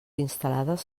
instal·lades